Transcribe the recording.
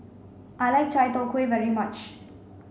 I like Chai Tow Kway very much